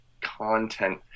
content